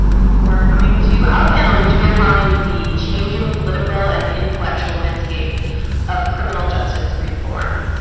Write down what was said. you for coming to our panel, which we are calling the changing political and intellectual landscape of criminal justice reform.